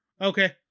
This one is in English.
okay